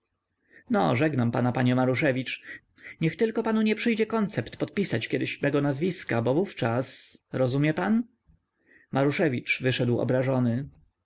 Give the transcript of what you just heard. no żegnam pana panie maruszewicz niech tylko panu nie przyjdzie koncept podpisać kiedy mego nazwiska bo wówczas rozumie pan maruszewicz wyszedł obrażony